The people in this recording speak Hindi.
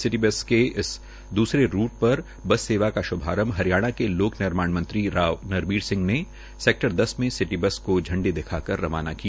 सिटी बस के इस द्रसरे रूट पर बस सेवा का श्भारंभ हरियाणा के लोक निर्माण मंत्रीराव नरबीर सिंह ने सेक्टर दस के सिटी बस को झंडी दिखाकर रवाना किया